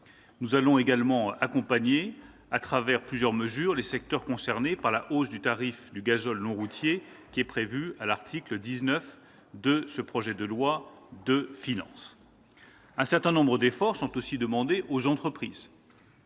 Nous allons également accompagner, à travers plusieurs mesures, les secteurs concernés par la hausse du tarif du gazole non routier, prévue à l'article 19 du projet de loi de finances. Des efforts sont aussi demandés aux entreprises.